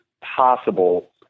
possible